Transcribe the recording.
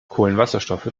kohlenwasserstoffe